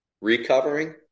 recovering